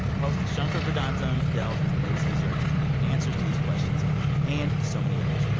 host shankar vedantam delves into the latest research to get answers to these questions and so many others.